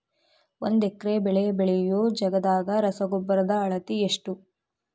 ಒಂದ್ ಎಕರೆ ಬೆಳೆ ಬೆಳಿಯೋ ಜಗದಾಗ ರಸಗೊಬ್ಬರದ ಅಳತಿ ಎಷ್ಟು?